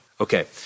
Okay